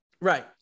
Right